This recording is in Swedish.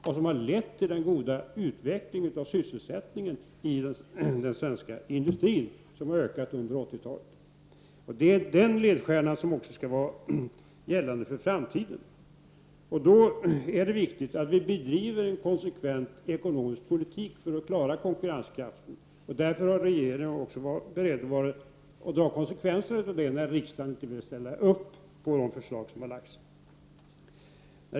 Och sysselsättningen i den svenska industrin har ökat under 80-talet. Det är den ledstjärnan som också skall gälla för framtiden. Då är det viktigt att vi bedriver en konsekvent ekonomisk politik för att klara konkurrenskraften. Regeringen har varit beredd att dra konsekvenserna av det, när riksdagen inte har velat ställa upp på de förslag som lagts fram.